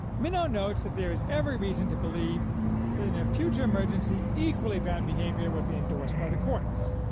minnow notes that there is every reason to believe that in a future emergency equally bad behavior would be endorsed by the courts.